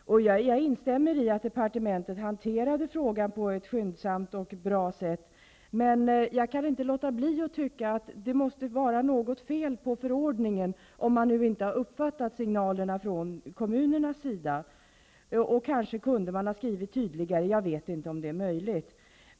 Jag instämmer i att departementet har hanterat frågan på ett skyndsamt och bra sätt. Men jag kan inte låta bli att tycka att det måste var något fel på förordningen om kommunerna inte har uppfattat signalerna. Kanske kunde man ha gjort en tydligare skrivning. Jag vet inte om det är möjligt.